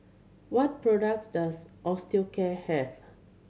what products does Osteocare have